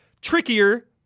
trickier